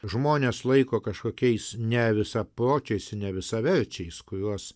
žmones laiko kažkokiais nevisapročiais ir nevisaverčiais kuriuos